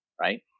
right